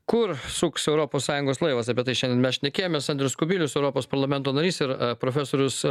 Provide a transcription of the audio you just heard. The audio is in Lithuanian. kur suks europos sąjungos laivas apie tai šiandien mes šnekėjomės andrius kubilius europos parlamento narys ir profesorius